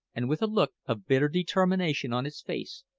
and with a look of bitter determination on his face,